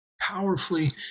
powerfully